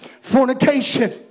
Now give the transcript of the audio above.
fornication